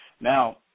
Now